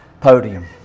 podium